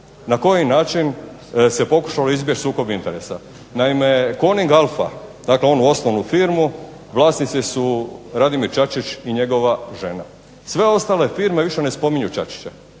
na koji način se pokušalo izbjeći sukob interesa. Naime Coning Alfa, dakle onu osnovnu firmu vlasnici su Radimir Čačić i njegova žena. Sve ostale firme više ne spominju Čačića.